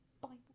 Bible